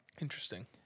Interesting